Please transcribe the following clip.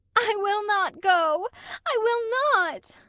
i will not go i will not.